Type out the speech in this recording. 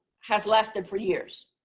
has lasted for years.